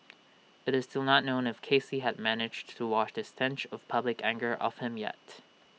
IT is still not known if Casey had managed to wash the stench of public anger off him yet